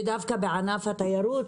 ודווקא בענף התיירות,